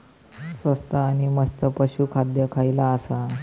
स्वस्त आणि मस्त पशू खाद्य खयला आसा?